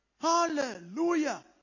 Hallelujah